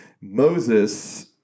Moses